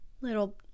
little